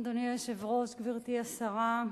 אדוני היושב-ראש, גברתי השרה,